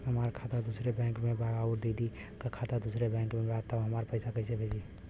हमार खाता दूसरे बैंक में बा अउर दीदी का खाता दूसरे बैंक में बा तब हम कैसे पैसा भेजी?